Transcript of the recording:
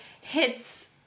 hits